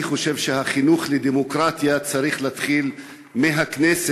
אני חושב שהחינוך לדמוקרטיה צריך להתחיל מהכנסת,